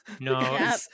No